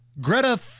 Greta